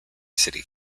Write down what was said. city